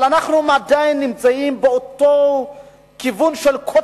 אבל אנחנו עדיין נמצאים באותו כיוון של קוטביות,